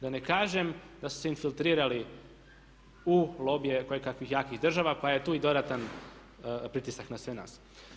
Da ne kažem da su se infiltrirali u lobije koje kakvih jakih država koja je tu i dodatan pritisak na sve nas.